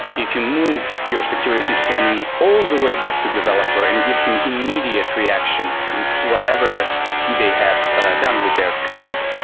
if you move your security scanning all the way back to developer and give him immediate reaction to whatever they have done with their code,